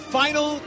final